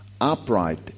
Upright